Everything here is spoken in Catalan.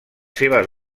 seves